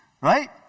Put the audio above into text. right